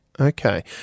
Okay